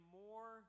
more